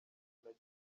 nagiye